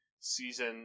season